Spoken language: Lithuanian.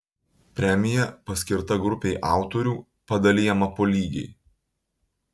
premija paskirta grupei autorių padalijama po lygiai